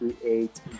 create